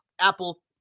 Apple